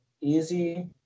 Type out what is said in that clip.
easy